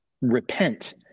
Repent